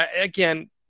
Again